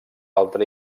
altre